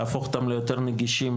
לעשות אותם ליותר נגישים,